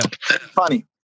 Funny